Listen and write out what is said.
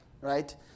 Right